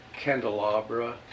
candelabra